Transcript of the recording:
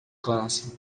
classe